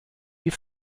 die